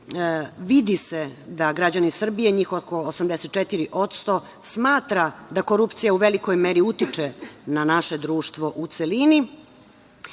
Vidi se da građani Srbije, njih oko 84% smatra da korupcija u velikoj meri utiče na naše društvo u celini.Za